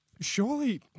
Surely